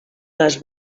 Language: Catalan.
les